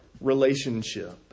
relationship